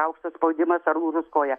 aukštas spaudimas ar lūžus koja